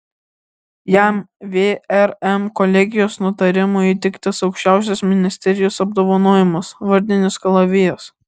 jam vrm kolegijos nutarimu įteiktas aukščiausias ministerijos apdovanojimas vardinis kalavijas